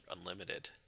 unlimited